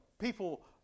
People